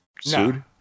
sued